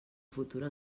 futur